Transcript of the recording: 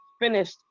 finished